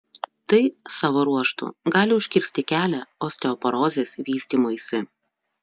tai savo ruožtu gali užkirsti kelią osteoporozės vystymuisi